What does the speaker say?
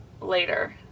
later